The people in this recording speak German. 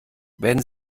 werden